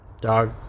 dog